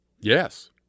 Yes